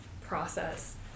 process